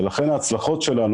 ולכן ההצלחות שלנו,